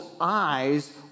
eyes